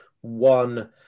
one